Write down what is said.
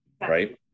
Right